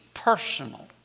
personal